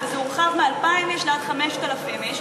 וזה הורחב מ-2,000 איש עד ל-5,000 איש.